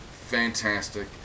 fantastic